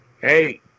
hey